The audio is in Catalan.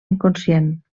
inconscient